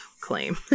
claim